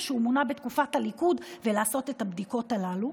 שהוא מונה בתקופת הליכוד ולעשות את הבדיקות הללו.